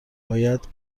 باید